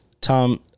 Tom